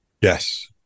Yes